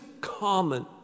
common